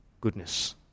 goodness